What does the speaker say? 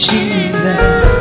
Jesus